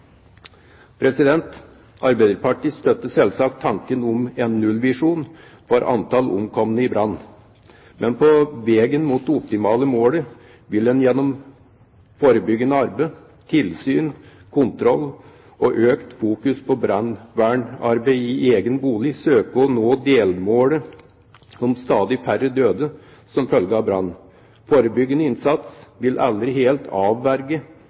Arbeiderpartiet støtter selvsagt tanken om en nullvisjon for antall omkomne i brann. Men på veien mot det optimale målet vil en gjennom forebyggende arbeid, tilsyn, kontroll og økt fokus på brannvernarbeid i egen bolig søke å nå delmålet om stadig færre døde som følge av brann. Forebyggende innsats vil aldri helt avverge